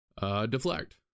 deflect